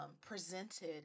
presented